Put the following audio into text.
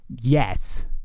yes